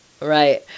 Right